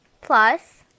plus